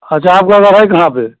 अच्छा आपका घर है कहाँ पर